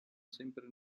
sempre